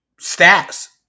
stats